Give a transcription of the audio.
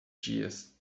dias